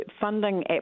funding